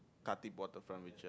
Khatib waterfront which